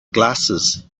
glasses